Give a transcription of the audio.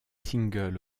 single